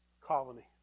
colony